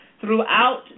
throughout